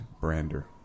Brander